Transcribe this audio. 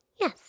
Yes